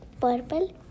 purple